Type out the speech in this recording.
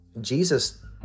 Jesus